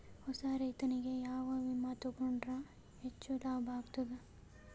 ಹೊಸಾ ರೈತನಿಗೆ ಯಾವ ವಿಮಾ ತೊಗೊಂಡರ ಹೆಚ್ಚು ಲಾಭ ಆಗತದ?